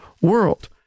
world